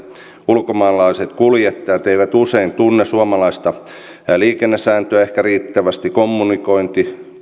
ulkomaalaiset kuljettajat eivät usein tunne suomalaisia liikennesääntöjä ehkä riittävästi kommunikoinnin